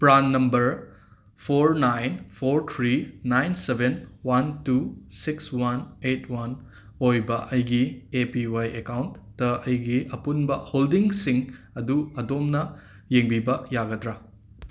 PRAN number four nine four three nine seven one two six one eight one ꯑꯣꯏꯕ ꯑꯩꯒꯤ A P Y ꯑꯦꯀꯥꯎꯟꯠꯇ ꯑꯩꯒꯤ ꯑꯄꯨꯟꯕ ꯍꯣꯜꯗꯤꯡꯁꯤꯡ ꯑꯗꯨ ꯑꯗꯣꯝꯅ ꯌꯦꯡꯕꯤꯕ ꯌꯥꯒꯗ꯭ꯔꯥ